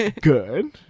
Good